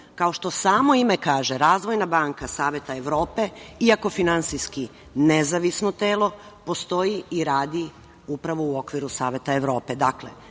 što samo ime kaže, Razvojna banka Saveta Evrope, iako finansijski nezavisno telo, postoji i radi upravo u okviru Saveta Evrope,